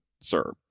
Sir